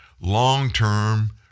long-term